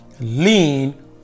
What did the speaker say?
lean